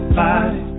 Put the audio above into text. body